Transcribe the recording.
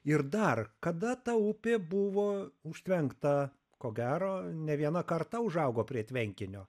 ir dar kada ta upė buvo užtvenkta ko gero nė viena karta užaugo prie tvenkinio